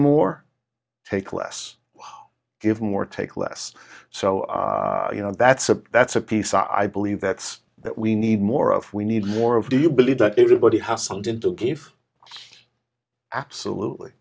more take less give more take less so you know that's a that's a piece i believe that's what we need more of we need more of do you believe that everybody has sold into gave absolutely